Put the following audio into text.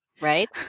right